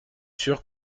sûr